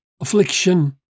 affliction